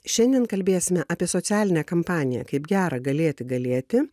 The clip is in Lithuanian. šiandien kalbėsime apie socialinę kampaniją kaip gera galėti galėti